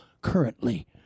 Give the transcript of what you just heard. currently